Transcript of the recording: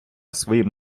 своїм